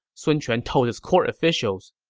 sun quan told his court officials,